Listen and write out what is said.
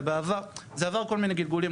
זה עבר כל מיני גלגולים,